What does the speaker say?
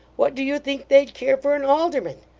what do you think they'd care for an alderman!